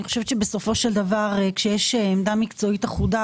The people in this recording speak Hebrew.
אני חושבת שבסופו של דבר כשיש עמדה מקצועית אחודה,